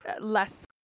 less